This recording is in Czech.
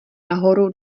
nahoru